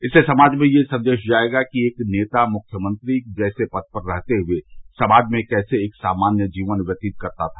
इससे समाज में यह संदेश जायेगा कि एक नेता मुख्यमंत्री जैसे पद पर रहते हुए समाज में कैसे एक सामान्य जीवन व्यतीत करता था